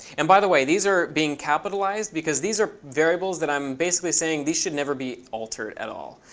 and by the way, these are being capitalized, because these are variables that i'm basically saying they should never be altered at all.